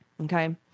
Okay